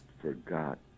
forgot